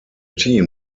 team